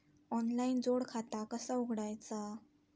Online जोड खाता कसा उघडायचा?